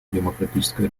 демократическая